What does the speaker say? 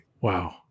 wow